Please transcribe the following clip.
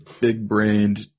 big-brained